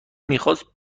میخواست